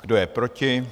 Kdo je proti?